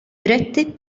رتب